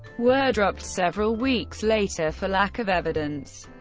were dropped several weeks later for lack of evidence.